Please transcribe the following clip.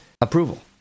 approval